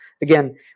again